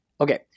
Okay